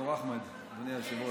ד"ר אחמד, אדוני היושב-ראש,